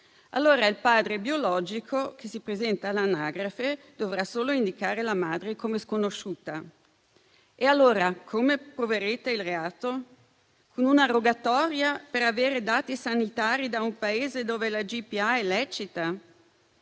Allora il padre biologico che si presenta all'anagrafe dovrà solo indicare la madre come sconosciuta e come proverete il reato? Con una rogatoria per avere dati sanitari da un Paese dove la GPA è lecita?